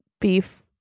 Beef